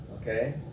okay